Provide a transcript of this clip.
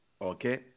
Okay